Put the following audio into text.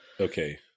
Okay